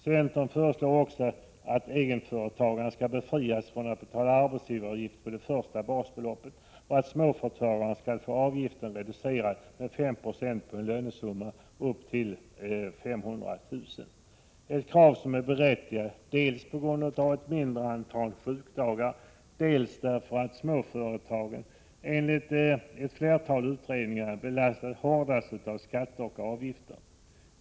Centern föreslår också att egenföretagarna skall befrias från att betala arbetsgivaravgift på det första basbeloppet och att småföretagarna skall få avgiften reducerad med 5 96 på en lönesumma upp till 500 000 kr. Detta är krav som är berättigade dels på grund av att småföretagarna har mindre antal sjukdagar, dels därför att småföretagen enligt flera utredningar belastas hårdast av skatter och avgifter.